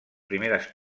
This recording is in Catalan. primeres